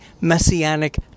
messianic